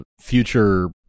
future